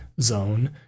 zone